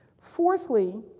Fourthly